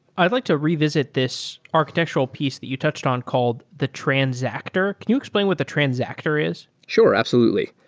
i'd like to revisit this architectural piece that you touched on called the transactor. can you explain what the transactor is? sure, absolutely.